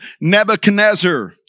Nebuchadnezzar